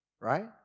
Right